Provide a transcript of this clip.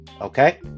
okay